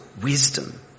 wisdom